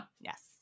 Yes